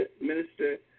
Minister